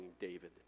david